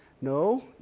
No